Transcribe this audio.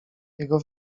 jego